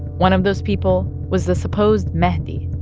one of those people was the supposed mahdi,